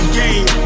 game